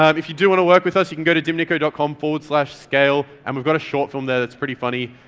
um if you do want to work with us, you can go to dimniko dot com slash scale and we've got a short film there that's pretty funny,